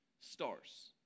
stars